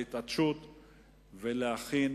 להתעשת ולהכין